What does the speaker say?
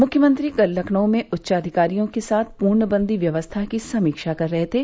मुख्यमंत्री कल लखनऊ में उच्चाधिकारियों के साथ पूर्णबंदी व्यवस्था की समीक्षा कर रहे थे